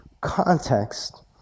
context